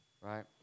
right